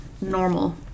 normal